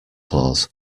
claus